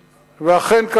ואכן כך הדבר.